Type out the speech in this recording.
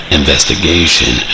investigation